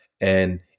And-